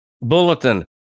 bulletin